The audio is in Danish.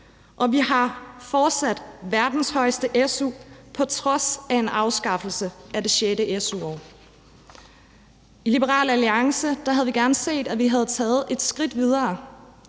og vi har fortsat verdens højeste su på trods af en afskaffelse af det sjette su-år. I Liberal Alliance havde vi gerne set, at vi havde taget et skridt videre,